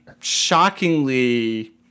shockingly